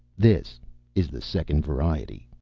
this is the second variety.